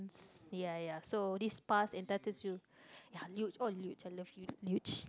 ya ya so this pass entitles you ya Leuch oh Leuch I love you Leuch